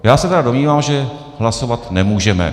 Já se tedy domnívám, že hlasovat nemůžeme.